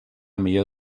millor